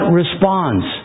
responds